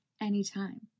anytime